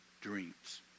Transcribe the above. dreams